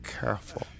careful